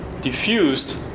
diffused